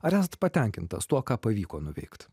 ar esat patenkintas tuo ką pavyko nuveikt